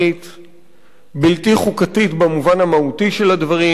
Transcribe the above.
בלתי מוסרית, בלתי חוקתית במובן המהותי של הדברים,